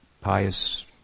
pious